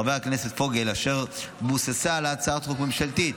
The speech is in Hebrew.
חבר הכנסת פוגל, אשר בוססה על הצעת חוק ממשלתית